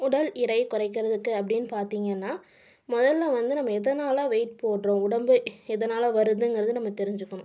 உடல் எடை குறைக்கிறதுக்கு அப்படீன்னு பார்த்தீங்கன்னா முதல்ல வந்து நம்ம எதனால் வெயிட் போடுகிறோம் உடம்பு எதனால் வருதுங்கிறது நம்ம தெரிஞ்சுக்கணும்